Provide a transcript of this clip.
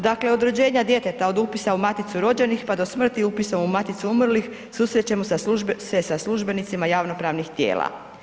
Dakle, od rođenja djeteta, od upisa u maticu rođenih, pa do smrti, upisa u maticu umrlih, susrećemo se sa službenicima javnopravnih tijela.